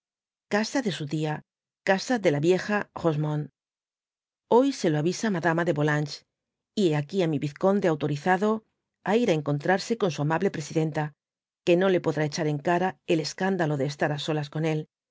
casa de su tía casa de la vieja rosemonde hoy se lo avisa madama de volanges j hé aquí á mi vizconde autorizado á ir á encontrarse con su amable presidenta que no le podrá hechar en cara el escándalo de estar á solas can él